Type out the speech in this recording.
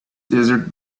desert